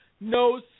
No